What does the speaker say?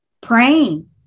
praying